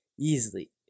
easily